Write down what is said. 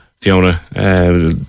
Fiona